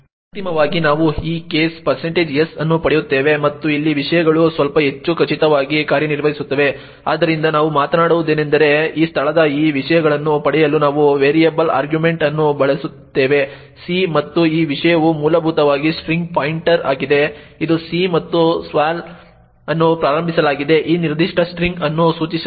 ಅಂತಿಮವಾಗಿ ನಾವು ಈ ಕೇಸ್ s ಅನ್ನು ಪಡೆಯುತ್ತೇವೆ ಮತ್ತು ಇಲ್ಲಿ ವಿಷಯಗಳು ಸ್ವಲ್ಪ ಹೆಚ್ಚು ಖಚಿತವಾಗಿ ಕಾರ್ಯನಿರ್ವಹಿಸುತ್ತವೆ ಆದ್ದರಿಂದ ನಾವು ಮಾಡುವುದೇನೆಂದರೆ ಈ ಸ್ಥಳದ ಈ ವಿಷಯಗಳನ್ನು ಪಡೆಯಲು ನಾವು ವೇರಿಯಬಲ್ ಆರ್ಗ್ಯುಮೆಂಟ್ ಅನ್ನು ಬಳಸುತ್ತೇವೆ c ಮತ್ತು ಈ ವಿಷಯವು ಮೂಲಭೂತವಾಗಿ ಸ್ಟ್ರಿಂಗ್ಗೆ ಪಾಯಿಂಟರ್ ಆಗಿದೆ ಇದು c ಮತ್ತು sval ಅನ್ನು ಪ್ರಾರಂಭಿಸಲಾಗಿದೆ ಈ ನಿರ್ದಿಷ್ಟ ಸ್ಟ್ರಿಂಗ್ ಅನ್ನು ಸೂಚಿಸಲು